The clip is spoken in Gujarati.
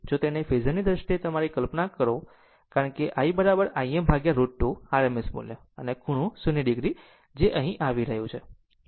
જો તેને ફેઝરની દ્રષ્ટિએ તમારી કલ્પના કરો કારણ કે i Im √ 2 RMS મૂલ્ય અને ખૂણો 0 o જે અહીં આવી રહ્યું છે